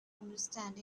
understand